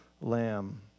lamb